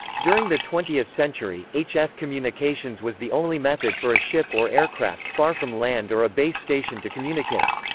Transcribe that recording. during the twentieth century, hf communications was the only method for a ship or aircraft far from land or a base station to communicate.